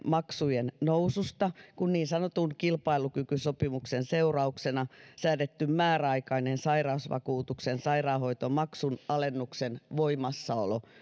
maksujen noususta kun niin sanotun kilpailukykysopimuksen seurauksena säädetty määräaikainen sairausvakuutuksen sairaanhoitomaksun alennuksen voimassaolo